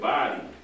Body